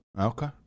Okay